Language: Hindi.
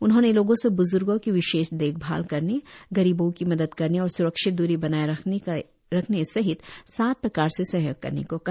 उन्होंने लोगों से ब्ज्र्गों की विशेष देखभाल करने गरीबों की मदद करने और स्रक्षित द्री बनाये रखने सहित सात प्रकार से सहयोग करने को कहा